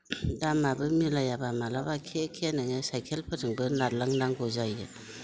दामआबो मिलायाब्ला माब्लाबा खेखेनो साइखेलफोरजोंबो नारलांनांगौ जायो